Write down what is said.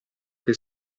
che